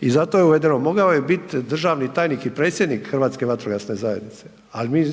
I zato je uvedeno, mogao je biti državni tajnik i predsjednik Hrvatske vatrogasne zajednice ali mi